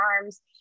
arms